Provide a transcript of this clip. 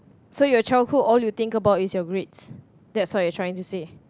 so your childhood all you think about is your grades that's what you're trying to say